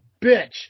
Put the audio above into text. bitch